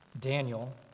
Daniel